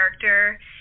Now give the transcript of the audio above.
character